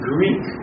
Greek